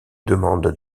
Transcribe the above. demande